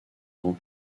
grand